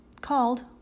called